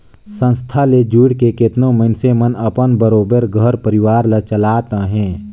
संस्था ले जुइड़ के केतनो मइनसे मन अपन बरोबेर घर परिवार ल चलात अहें